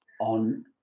On